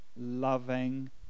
loving